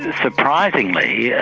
and surprisingly, yeah